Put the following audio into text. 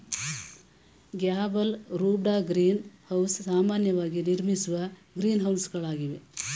gable roofed greenhouse ಸಾಮಾನ್ಯವಾಗಿ ನಿರ್ಮಿಸುವ ಗ್ರೀನ್ಹೌಸಗಳಾಗಿವೆ